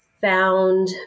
found